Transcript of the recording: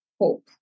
Hope